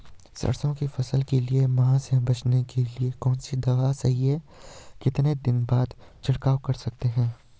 सरसों की फसल के लिए माह से बचने के लिए कौन सी दवा सही है कितने दिन बाद छिड़काव कर सकते हैं?